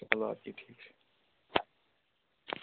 چلو اَدٕ کیٛاہ ٹھیٖک چھِ